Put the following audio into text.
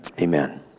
amen